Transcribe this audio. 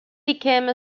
became